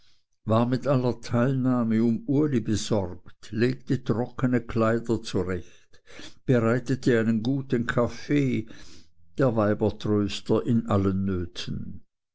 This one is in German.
war mit aller teilnahme um uli besorgt legte trockne kleider zurecht bereitete einen guten kaffee der weiber tröster in allen nöten